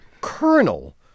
Colonel